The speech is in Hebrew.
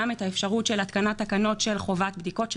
את האפשרות של התקנת תקנות של חובת בדיקות,